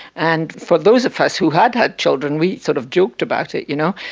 and for those of us who had had children, we sort of joked about it, you know,